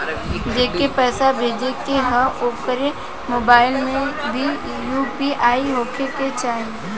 जेके पैसा भेजे के ह ओकरे मोबाइल मे भी यू.पी.आई होखे के चाही?